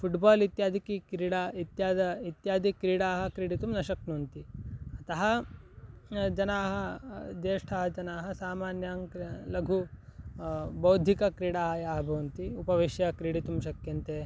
football इत्यादिकीं क्रीडां इत्यादि इत्यादिक्रीडाः क्रीडितुं न शक्नुवन्ति अतः जनाः ज्येष्ठाः जनाः सामान्यां क लघु बौद्धिकक्रीडाः याः भवन्ति उपविश्य क्रीडितुं शक्यन्ते